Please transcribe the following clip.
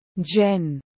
Jen